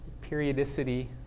Periodicity